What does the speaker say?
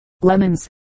lemons